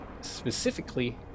specifically